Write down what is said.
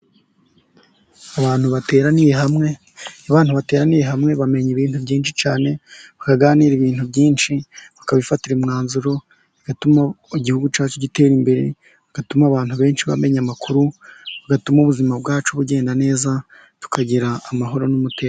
Abantu bateraniye hamwe, iyo abantu bateraniye hamwe, bamenya ibintu byinshi cyane, bakaganira ibintu byinshi, bakabifatira umwanzuro, bigatuma igihugu cyacu gitera imbere, bigatuma abantu benshi bamenya amakuru, bigatuma ubuzima bwacu bugenda neza, tukagira amahoro n'umutekano.